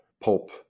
pulp